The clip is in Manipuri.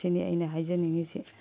ꯁꯤꯅꯤ ꯑꯩꯅ ꯍꯥꯏꯖꯅꯤꯡꯉꯤꯁꯤ